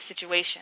situation